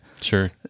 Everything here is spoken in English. Sure